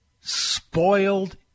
spoiled